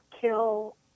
kill